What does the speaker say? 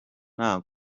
nta